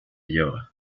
yoga